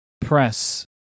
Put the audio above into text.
press